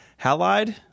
Halide